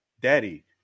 Daddy